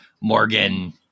Morgan